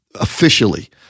officially